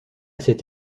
cette